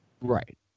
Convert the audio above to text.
Right